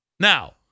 Now